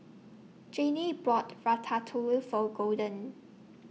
Janay bought Ratatouille For Golden